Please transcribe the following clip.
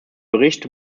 bericht